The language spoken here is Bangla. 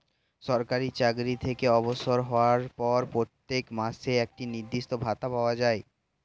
সরকারি চাকরি থেকে অবসর হওয়ার পর প্রত্যেক মাসে একটি নির্দিষ্ট ভাতা পাওয়া যায়